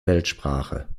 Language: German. weltsprache